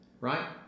right